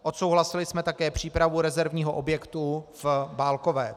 Odsouhlasili jsme také přípravu rezervního objektu v Bálkové.